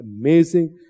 amazing